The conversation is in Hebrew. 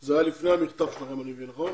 זה היה לפני המכתב שלכם, אני מבין, נכון?